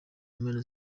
mpera